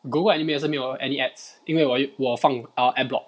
go go anime 也是没有 any ads 因为我我放 err ad block